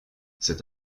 cet